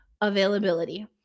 availability